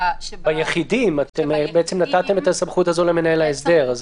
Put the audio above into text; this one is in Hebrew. ביחידים בעצם נתתם את הסמכות הזאת למנהל ההסדר.